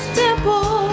temple